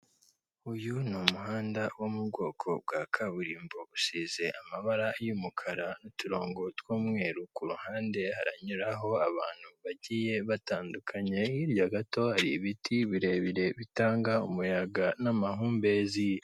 Uyu ni umuhanda wo mu bwoko bwa kaburimbo, usize amabara y'umukara n'uturongo tw'umweru, ku ruhande haranyuraho abantu bagiye batandukanye, hirya gato hari ibiti birebire bitanga umuyaga n'amahumbezi.